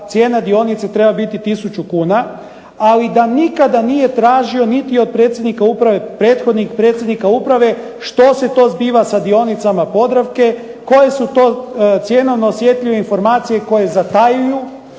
cijena dionice treba biti tisuću kuna, ali da nikada nije tražio niti od predsjednika uprave, prethodnih predsjednika uprave što se to zbiva sa dionicama Podravke, koje su to cjenovno osjetljive informacije koje zatajuju.